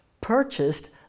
purchased